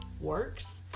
works